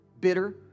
bitter